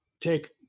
take